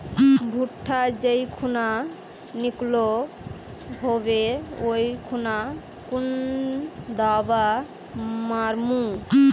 भुट्टा जाई खुना निकलो होबे वा खुना कुन दावा मार्मु?